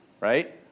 right